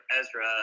Ezra